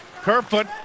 Kerfoot